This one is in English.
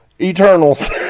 Eternals